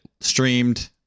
streamed